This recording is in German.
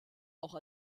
auch